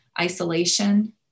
isolation